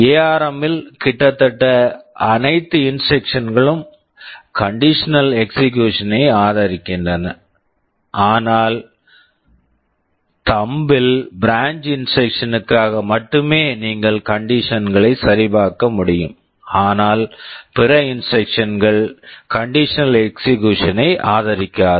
ARM ARM இல் கிட்டத்தட்ட அனைத்து இன்ஸ்ட்ரக்க்ஷன்ஸ் instructions களும் கண்டிஷன் எக்ஸிகுயூஷன் condition execution ஐ ஆதரிக்கின்றன ஆனால் தம்ப் thumb ல் பிரான்ச் branch இன்ஸ்ட்ரக்க்ஷன்ஸ் instructions க்காக மட்டுமே நீங்கள் கண்டிஷன்ஸ் conditions களை சரிபார்க்க முடியும் ஆனால் பிற இன்ஸ்ட்ரக்க்ஷன்ஸ் instructions கள் கண்டிஷனல் எக்ஸிகுயூஷன் conditional execution ஐ ஆதரிக்காது